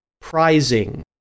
Prizing